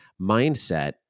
mindset